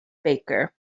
baker